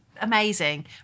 amazing